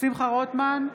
שמחה רוטמן,